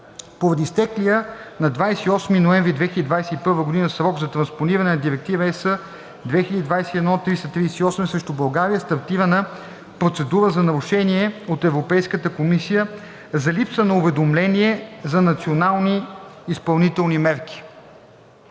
Поради изтеклия на 28 ноември 2021 г. срок за транспониране на Директива (ЕС) 2021/338 срещу България е стартирана процедура за нарушение от Европейската комисия за липса на уведомление за национални изпълнителни мерки.